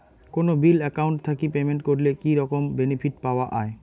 কোনো bill account থাকি payment করলে কি রকম বেনিফিট পাওয়া য়ায়?